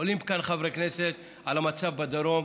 עולים כאן חברי כנסת ומדברים על המצב בדרום.